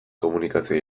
komunikazio